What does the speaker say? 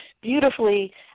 beautifully